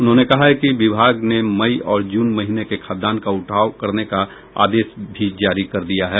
उन्होंने कहा कि विभाग ने मई और जून महीने के खाद्यान्न का उठाव करने का आदेश भी जारी कर दिया है